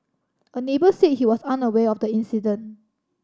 a neighbour said he was unaware of the incident